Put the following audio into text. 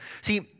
See